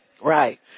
Right